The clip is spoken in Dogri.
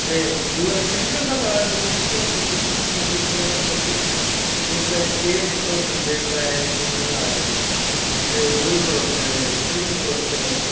ते दूआ क्रिकेट दा बढ़ा जेर ऐ ते हुन दिक्खो तुस चला दे बच्चे एह् दिखो जेह्डे डंडे त्रै उनै लाए दे ते उद्धर बी खड़ोते दे ते इद्धर बी खड़ोते दे